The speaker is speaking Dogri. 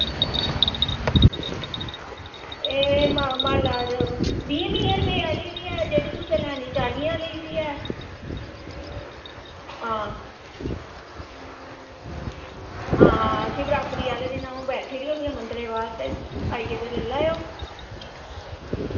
हे मालां बीहे बीहें रपें आह्ली बी ऐ तुसें लैनी चालियें आह्ली बी ऐ हां हां शिवरात्री आह्ले दिन अ'ऊं बैठी दी होनीं आं मन्दरे दे बाह्र ते आईयै ते लेई लैयो